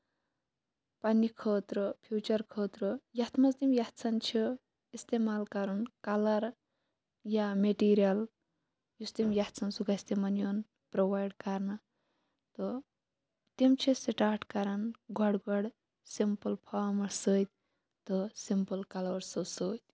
پَنٕنہِ خٲطرٕ فوٗچر خٲطرٕ یَتھ منٛز تِم یَژھان چھِ اِستعمال کَرُن کَلر یا میٹیٖریل یُس تِم یَژھان سُہ گژھِ تِمن یُن پرٛوایڈ کرنہٕ تہٕ تِم چھِ سِٹارٹ کران گۄڈٕ گۄڈٕ سِمپٔل فارمَس سۭتۍ تہٕ سِمپٔل کَلٲرسَو سۭتۍ